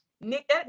Nick